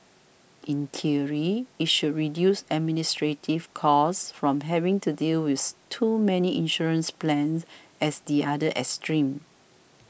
in theory it should reduce administrative costs from having to deal with too many insurance plans as the other extreme